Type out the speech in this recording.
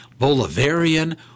Bolivarian